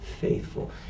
faithful